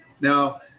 Now